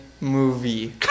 movie